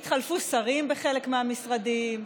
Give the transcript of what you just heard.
כי התחלפו שרים בחלק מהמשרדים,